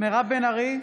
מירב בן ארי,